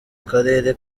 karere